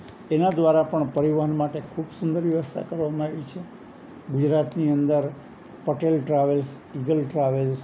એના દ્વારા પણ પરિવહન માટે ખૂબ સુંદર વ્યવસ્થા કરવામાં આવી છે ગુજરાતની અંદર પટેલ ટ્રાવેલ્સ ઇગલ ટ્રાવેલ્સ